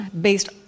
based